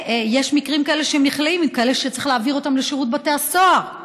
יש מקרים של כאלה שנכלאים עם כאלה שצריך להעביר אותם לשירות בתי הסוהר,